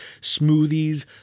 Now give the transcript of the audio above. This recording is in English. smoothies